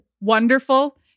wonderful